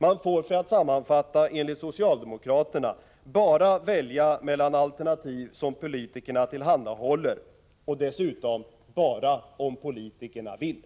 Sammanfattningsvis får man enligt socialdemokraterna bara välja mellan alternativ som politikerna tillhandahåller och dessutom bara om politikerna vill.